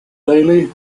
daley